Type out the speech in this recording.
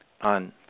on